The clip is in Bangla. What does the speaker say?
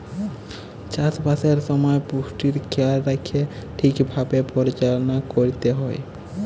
চাষবাসের সময় পুষ্টির খেয়াল রাইখ্যে ঠিকভাবে পরিচাললা ক্যইরতে হ্যয়